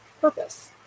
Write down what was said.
purpose